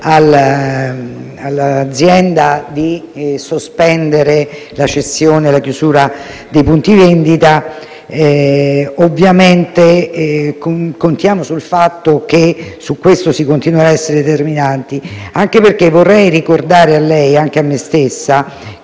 all'azienda di sospendere la cessione e la chiusura dei punti vendita. Ovviamente contiamo sul fatto che sul punto si continuerà a essere determinanti, anche perché vorrei ricordare a lei - e anche a me stessa - che